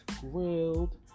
grilled